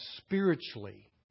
spiritually